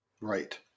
Right